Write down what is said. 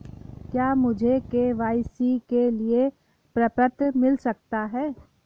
क्या मुझे के.वाई.सी के लिए प्रपत्र मिल सकता है?